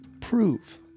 prove